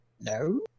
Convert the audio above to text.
no